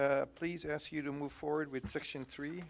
i please ask you to move forward with section three